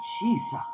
Jesus